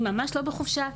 היא ממש לא בחופשה.